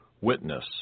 witness